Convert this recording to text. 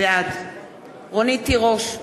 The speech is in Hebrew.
בעד רונית תירוש,